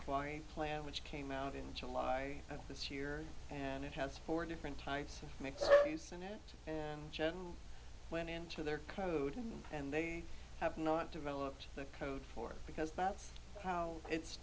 quiet plan which came out in july of this year and it has four different types of mix in it and went into their code and they have not developed the code for because that's how it's